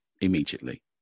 immediately